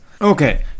Okay